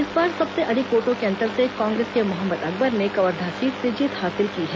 इस बार सबसे अधिक वोटों के अंतर से कांग्रेस के मोहम्मद अकबर कवर्धा सीट से जीत हासिल की है